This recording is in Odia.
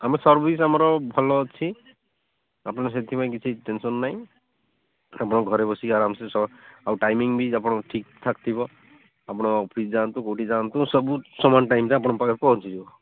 ଆମେ ସର୍ଭିସ୍ ଆମର ଭଲ ଅଛି ଆପଣ ସେଥିପାଇଁ କିଛି ଟେନସନ୍ ନାହିଁ ଆପଣ ଘରେ ବସି ଆରାମସେ ଆଉ ଟାଇମିଂ ବି ଆପଣଙ୍କର ଠିକ୍ ଠାକ ଥିବ ଆପଣ ଅଫିସ ଯାଆନ୍ତୁ କେଉଁଠିକି ଯାଆନ୍ତୁ ସବୁ ସମାନ ଟାଇମ୍ରେ ଆପଣଙ୍କ ପାଖରେ ପହଞ୍ଚିଯିବ